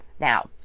Now